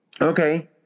Okay